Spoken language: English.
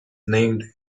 named